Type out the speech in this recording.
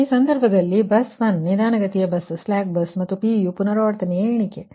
ಆದ್ದರಿಂದ ಈ ಸಂದರ್ಭದಲ್ಲಿ ಬಸ್ 1 ನಿಧಾನಗತಿಯ ಬಸ್ ಮತ್ತು p ಯು ಪುನರಾವರ್ತನೆಯ ಎಣಿಕೆ